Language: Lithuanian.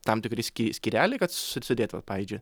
tam tikri sky skyreliai kad su sudėt vat pavyzdžiui